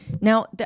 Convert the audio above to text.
Now